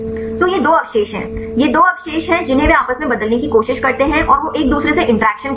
तो ये दो अवशेष हैं ये दो अवशेष हैं जिन्हें वे आपस में बदलने की कोशिश करते हैं और वे एक दूसरे से इंटरैक्शन करते हैं